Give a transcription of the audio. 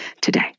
today